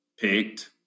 picked